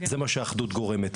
זה מה שהאחדות גורמת,